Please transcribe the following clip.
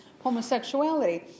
homosexuality